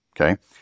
Okay